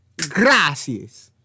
Gracias